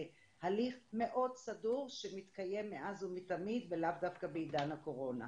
זה הליך מאוד סדור שמתקיים מאז ומתמיד ולאו דווקא בעידן הקורונה.